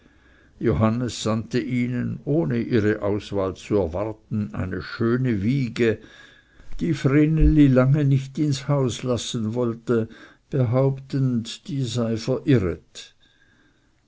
johannes sandte ihnen ohne ihre auswahl zu erwarten eine schöne wiege die vreneli lange nicht ins haus lassen wollte behauptend die sei verirret